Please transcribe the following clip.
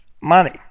money